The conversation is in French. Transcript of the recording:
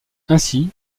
ainsi